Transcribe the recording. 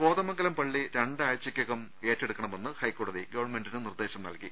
കോതമംഗലം പള്ളി രണ്ടാഴ്ചയ്ക്കകം ഏറ്റെടുക്കണമെന്ന് ഹൈക്കോടതി ഗവൺമെന്റിന് നിർദേശം നൽകി